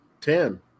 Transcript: Ten